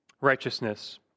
Righteousness